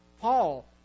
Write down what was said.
Paul